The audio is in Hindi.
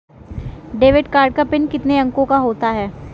डेबिट कार्ड का पिन कितने अंकों का होता है?